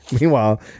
Meanwhile